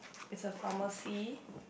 it's a pharmacy